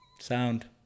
Sound